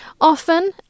Often